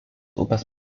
upės